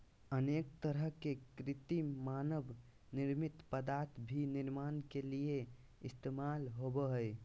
अनेक तरह के कृत्रिम मानव निर्मित पदार्थ भी निर्माण के लिये इस्तेमाल होबो हइ